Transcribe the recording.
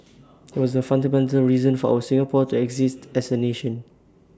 IT was the fundamental reason for our Singapore to exist as A nation